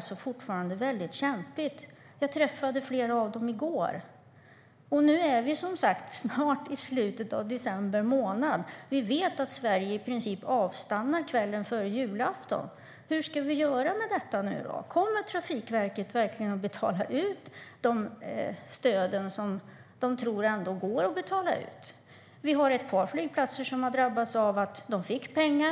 och fortfarande har, det väldigt kämpigt. Jag träffade representanter för flera av dem i går. Nu är vi som sagt snart i slutet av december månad. Vi vet att Sverige i princip avstannar kvällen före julafton. Hur ska vi göra med detta nu då? Kommer Trafikverket verkligen att betala ut de stöd som de tror går att betala ut? Vi har ett par flygplatser som har drabbats av att de fick pengar.